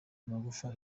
amagufa